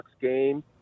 game